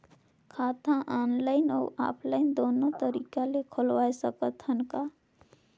खाता ऑनलाइन अउ ऑफलाइन दुनो तरीका ले खोलवाय सकत हन का?